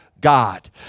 God